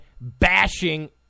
bashing